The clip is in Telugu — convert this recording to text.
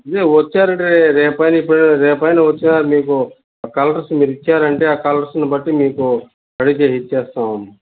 ఇదే వచ్చారు అంటే రేపు అయినా ఇప్పుడు అయినా రేపు అయినా వచ్చినా మీకు కలర్స్ మీరు ఇచ్చారు అంటే ఆ కలర్స్ను బట్టి మీకు రెడీ చేసి ఇచ్చేస్తాము అండి